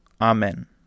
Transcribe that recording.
Amen